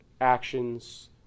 actions